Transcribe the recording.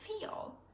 feel